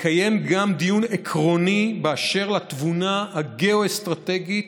לקיים גם דיון עקרוני באשר לתבונה הגיאו-אסטרטגית